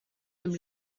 dem